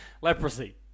Leprosy